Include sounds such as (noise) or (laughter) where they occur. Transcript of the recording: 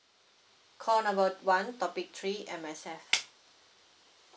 call number one topic three M_S_F (noise)